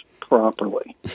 properly